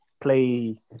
play